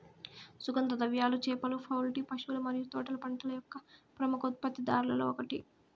సుగంధ ద్రవ్యాలు, చేపలు, పౌల్ట్రీ, పశువుల మరియు తోటల పంటల యొక్క ప్రముఖ ఉత్పత్తిదారులలో ఒకటి